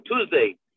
Tuesday